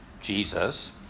Jesus